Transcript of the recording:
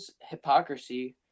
hypocrisy